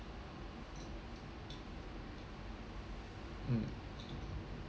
mm